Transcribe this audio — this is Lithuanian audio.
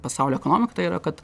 pasaulio ekonomikoj tai yra kad